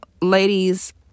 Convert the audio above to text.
Ladies